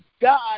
God